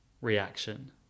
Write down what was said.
reaction